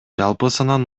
жалпысынан